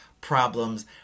problems